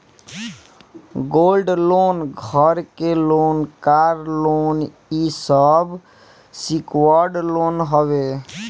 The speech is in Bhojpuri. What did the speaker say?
गोल्ड लोन, घर के लोन, कार लोन इ सब सिक्योर्ड लोन हवे